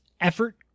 effort